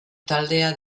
taldea